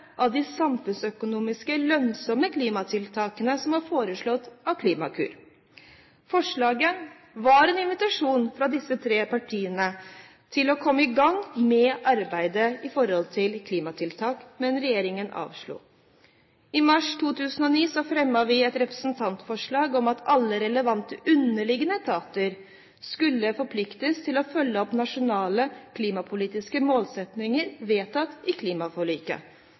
av de samfunnsøkonomisk lønnsomme klimatiltakene som var foreslått i Klimakur. Forslaget var en invitasjon fra disse tre partiene til å komme i gang med arbeidet med klimatiltak. Men regjeringen avslo. I mars 2009 fremmet Kristelig Folkeparti et representantforslag om at alle relevante underliggende etater skulle forpliktes til å følge opp nasjonale klimapolitiske målsettinger vedtatt i klimaforliket,